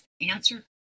answer